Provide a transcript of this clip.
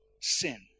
sin